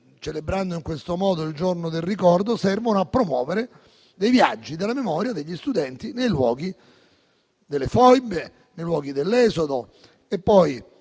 celebrando in questo modo il Giorno del ricordo - che servono a promuovere dei viaggi della memoria degli studenti nei luoghi delle foibe e dell'esodo. Si